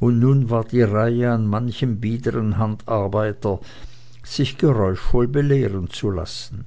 und nun war die reihe an manchem biedern handarbeiter sich geräuschvoll belehren zu lassen